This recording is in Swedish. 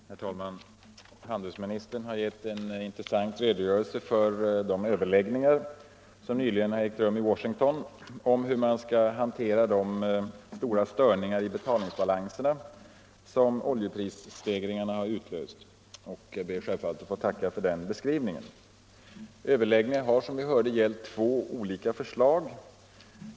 Herr talman! Handelsministern har lämnat en intressant redogörelse för de överläggningar som nyligen har ägt rum i Washington om hur man skall hantera de stora störningar i betalningsbalanserna som oljeprisstegringarna har utlöst. Jag ber självfallet få tacka för den beskrivningen. Överläggningarna har som vi hörde gällt två olika förslag.